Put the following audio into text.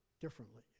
differently